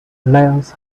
lions